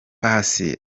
paccy